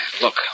Look